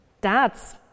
dads